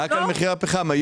רק על מחיר הפחם.